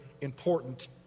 important